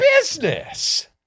business